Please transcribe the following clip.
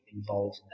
involved